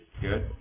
good